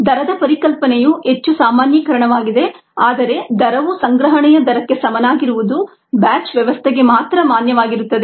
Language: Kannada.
ದರದ ಪರಿಕಲ್ಪನೆಯು ಹೆಚ್ಚು ಸಾಮಾನ್ಯೀಕರಣವಾಗಿದೆ ಆದರೆ ದರವು ಸಂಗ್ರಹಣೆಯ ದರಕ್ಕೆ ಸಮನಾಗಿರುವುದು ಬ್ಯಾಚ್ ವ್ಯವಸ್ಥೆಗೆ ಮಾತ್ರ ಮಾನ್ಯವಾಗಿರುತ್ತದೆ